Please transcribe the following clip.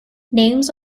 names